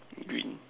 green